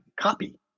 copy